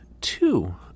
two